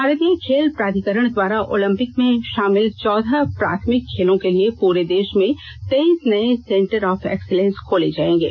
भारतीय खेल प्राधिकरण द्वारा ओलंपिक में शामिल चौदह प्राथमिक खेलों के लिए पूरे देष में तेइस नए सेंटर ऑफ एक्सीलेंस खोले जाएंगे